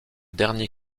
dernier